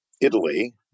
Italy